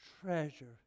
treasure